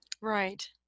Right